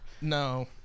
no